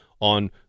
on